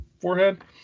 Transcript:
forehead